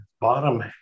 bottom